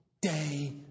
day